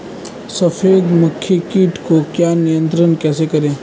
सफेद मक्खी कीट को नियंत्रण कैसे करें?